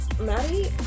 Maddie